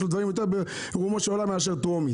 יש לו דברים יותר ברומו של עולם מאשר טרומית.